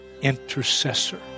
intercessor